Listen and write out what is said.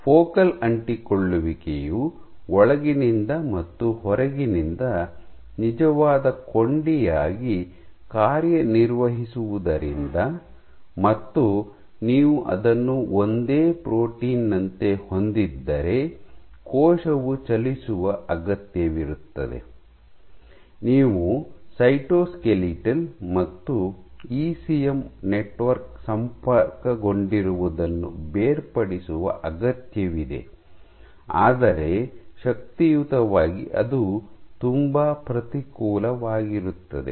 focal ಅಂಟಿಕೊಳ್ಳುವಿಕೆಯು ಒಳಗಿನಿಂದ ಮತ್ತು ಹೊರಗಿನಿಂದ ನಿಜವಾದ ಕೊಂಡಿಯಾಗಿ ಕಾರ್ಯನಿರ್ವಹಿಸುವುದರಿಂದ ಮತ್ತು ನೀವು ಅದನ್ನು ಒಂದೇ ಪ್ರೋಟೀನ್ ನಂತೆ ಹೊಂದಿದ್ದರೆ ಕೋಶವು ಚಲಿಸುವ ಅಗತ್ಯವಿರುತ್ತದೆ ನೀವು ಸೈಟೋಸ್ಕೆಲಿಟಲ್ ಮತ್ತು ಇಸಿಎಂ ನೆಟ್ವರ್ಕ್ ಸಂಪರ್ಕಗೊಂಡಿರುವುದನ್ನು ಬೇರ್ಪಡಿಸುವ ಅಗತ್ಯವಿದೆ ಆದರೆ ಶಕ್ತಿಯುತವಾಗಿ ಅದು ತುಂಬಾ ಪ್ರತಿಕೂಲವಾಗಿರುತ್ತದೆ